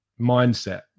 mindset